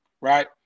Right